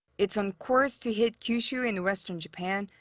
it's on course to hit kyushu, in western japan,